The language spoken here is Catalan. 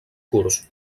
curs